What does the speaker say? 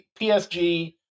PSG